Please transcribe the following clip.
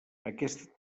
aquesta